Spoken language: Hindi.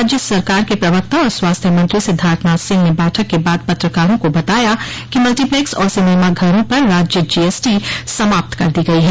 राज्य सरकार के प्रवक्ता और स्वास्थ्य मंत्री सिद्धार्थ नाथ सिंह ने बैठक के बाद पत्रकारों को बताया कि मल्टीप्लैक्स और सिनेमा घरों पर राज्य जीएसटी समाप्त कर दी गई है